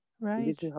Right